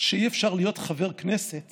שאי-אפשר להיות חבר כנסת